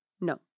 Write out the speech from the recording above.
No